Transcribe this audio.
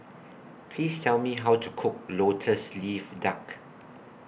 Please Tell Me How to Cook Lotus Leaf Duck